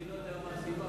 אני לא יודע מה הסיבה,